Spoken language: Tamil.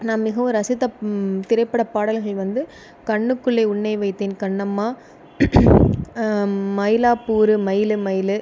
நான் மிகவும் ரசித்த திரைப்பட பாடல்கள் வந்து கண்ணுக்குள்ளே உன்னை வைத்தேன் கண்ணம்மா மயிலாப்பூரு மயிலு மயிலு